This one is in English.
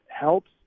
helps